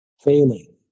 failing